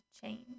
change